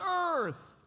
earth